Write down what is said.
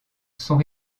sont